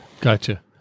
Gotcha